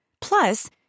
Plus